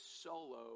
solo